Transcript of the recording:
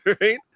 right